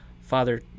Father